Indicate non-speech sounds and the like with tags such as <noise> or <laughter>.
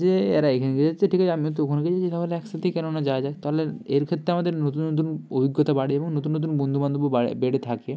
যে এরা এখানকে যাচ্ছে ঠিক আছে আমিও তো ওখানকেই <unintelligible> তাহলে একসাথেই কেননা যাওয়া যাক তাহলে এর ক্ষেত্রে আমাদের নতুন নতুন অভিজ্ঞতা বাড়ে এবং নতুন নতুন বন্ধুবান্ধবও বাড়ে বেড়ে থাকে